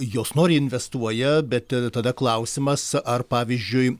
jos noriai investuoja bet tada tada klausimas ar pavyzdžiui